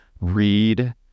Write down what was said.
read